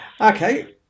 Okay